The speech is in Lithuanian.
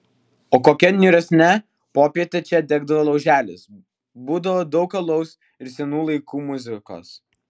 o kokią niūresnę popietę čia degdavo lauželis būdavo daug alaus ir senų laikų muzikos